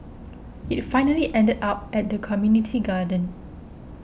it finally ended up at the community garden